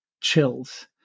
chills